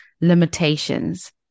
limitations